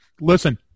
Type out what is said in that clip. Listen